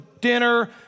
dinner